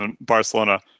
Barcelona